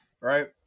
right